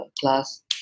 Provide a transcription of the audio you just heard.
class